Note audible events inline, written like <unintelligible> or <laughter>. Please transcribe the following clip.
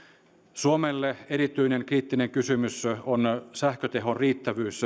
suomelle erityinen kriittinen kysymys on on sähkötehon riittävyys <unintelligible>